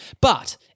But-